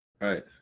Right